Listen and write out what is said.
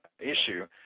issue